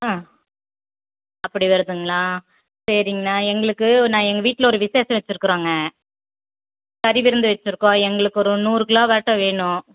ஆ அப்படி வருதுங்களா சரிங்கண்ணா எங்களுக்கு நான் எங்கள் வீட்டில் ஒரு விசேஷம் வச்சுருக்குறோங்க கறி விருந்து வச்சுருக்கோம் எங்களுக்கு ஒரு நூறு கிலோவாட்ட வேணும்